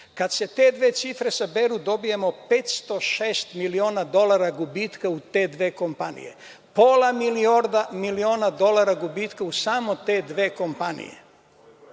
Kada se te dve cifre saberu dobijamo 506 miliona dolara gubitka u te dve kompanije. Pola miliona dolara gubitka u samo te dve kompanije. One